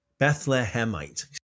Bethlehemite